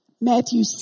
Matthew